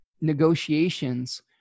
negotiations